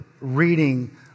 reading